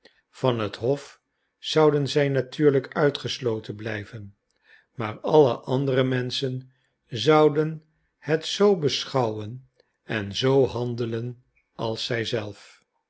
van het hof zouden zij natuurlijk uitgesloten blijven maar alle andere menschen zouden het zoo beschouwen en zoo handelen als hij zelf